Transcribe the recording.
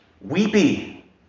weepy